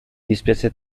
dispiace